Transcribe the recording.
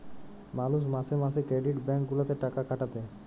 মালুষ মাসে মাসে ক্রেডিট ব্যাঙ্ক গুলাতে টাকা খাটাতে